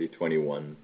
2021